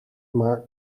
maar